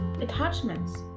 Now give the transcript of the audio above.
attachments